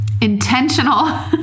intentional